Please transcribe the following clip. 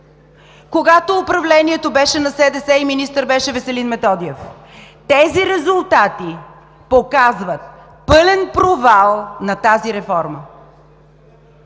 когато управлението беше на СДС и министър беше Веселин Методиев. Тези резултати показват пълен провал на тази реформа!